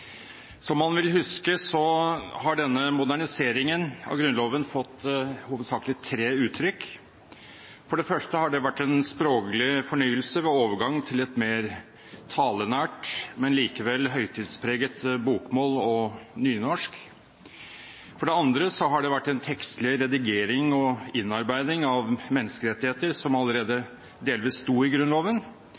Som man vil huske, har denne moderniseringen av Grunnloven fått hovedsakelig tre uttrykk. For det første har det vært en språklig fornyelse ved overgang til et mer talenært, men likevel høytidspreget bokmål og nynorsk. For det andre har det vært en tekstlig redigering og innarbeiding av menneskerettigheter som allerede delvis sto i Grunnloven,